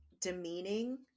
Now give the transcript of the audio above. demeaning